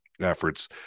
efforts